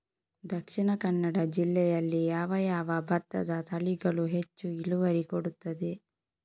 ದ.ಕ ಜಿಲ್ಲೆಯಲ್ಲಿ ಯಾವ ಯಾವ ಭತ್ತದ ತಳಿಗಳು ಹೆಚ್ಚು ಇಳುವರಿ ಕೊಡುತ್ತದೆ?